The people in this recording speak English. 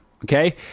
Okay